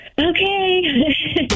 Okay